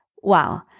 Wow